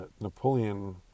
Napoleon